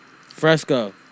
Fresco